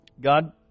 God